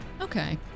okay